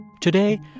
Today